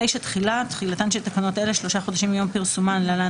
תקנה 9: תחילה9.תחילתן של תקנות אלה שלושה חודשים מיום פרסומן (להלן,